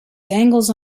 dangles